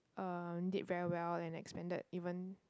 uh did very well and expanded even